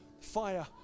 fire